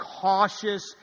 cautious